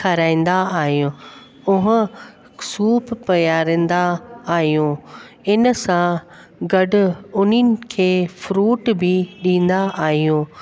खाराईंदा आहियूं उहो सूप पीआरींदा आहियूं इन सां गॾु उन्हनि खे फ्रूट बि ॾींदा आहियूं